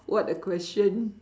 what a question